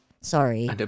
Sorry